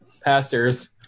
pastors